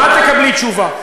גם את תקבלי תשובה.